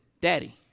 Daddy